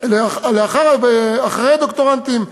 אחרי הדוקטורנטים,